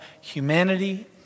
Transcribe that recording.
humanity